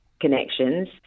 connections